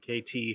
KT